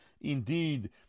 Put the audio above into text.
indeed